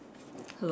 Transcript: hello